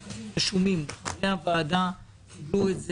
הפרטים רשומים בפני הוועדה, קיבלנו את זה.